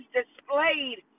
displayed